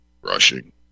rushing